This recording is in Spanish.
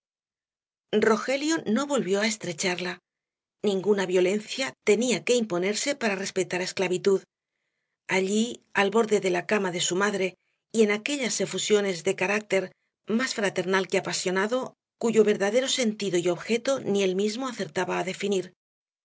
rogelio no volvió á estrecharla ninguna violencia tenía que imponerse para respetar á esclavitud allí al borde de la cama de su madre y en aquellas efusiones de carácter más fraternal que apasionado cuyo verdadero sentido y objeto ni él mismo acertaba á definir